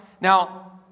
Now